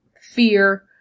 fear